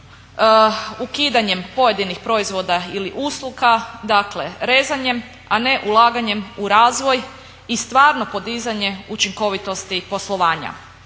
ukidanjem pojedinih proizvoda ili usluga, dakle rezanjem, a ne ulaganjem u razvoj i stvarno podizanje učinkovitosti poslovanja.